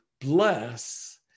bless